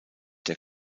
der